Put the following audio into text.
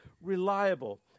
reliable